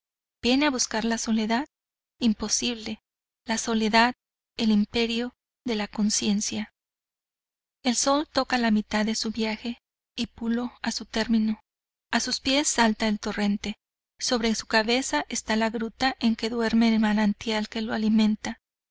viene a buscar la soledad imposible la soledad el imperio de la conciencia el sol toca a la mitad de su viaje y pulo a su término a sus pies salta el torrente sobre su cabeza esta la gruta en que duerme el manantial que lo alimenta